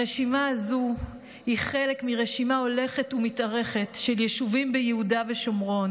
הרשימה הזאת היא חלק מרשימה הולכת ומתארכת של יישובים ביהודה ושומרון